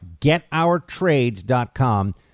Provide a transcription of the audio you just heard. GetOurTrades.com